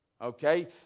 Okay